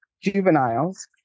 juveniles